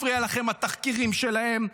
מפריעים לכם התחקירים שלהם.